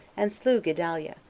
and slew gedaliah,